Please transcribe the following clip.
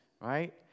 right